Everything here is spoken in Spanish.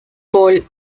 paul